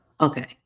Okay